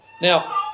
Now